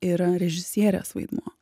yra režisierės vaidmuo